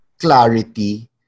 clarity